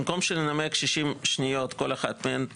במקום שננמק כל אחת מהן 60 שניות,